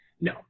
No